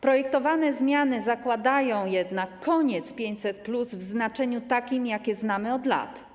Projektowane zmiany zakładają jednak koniec 500+ w znaczeniu takim, jakie znaliśmy od lat.